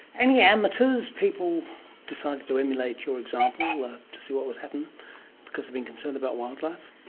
any amateurs, people deciding to emulate your example to see what would happen because of being concerned about wildlife?